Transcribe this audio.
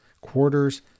quarters